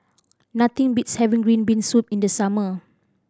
nothing beats having green bean soup in the summer